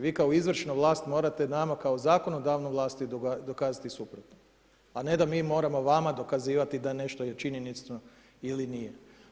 Vi kao izvršna vlast morate nama kao zakonodavnoj vlasti dokazati suprotno a ne da mi moramo vama dokazivati da nešto je činjenično ili nije.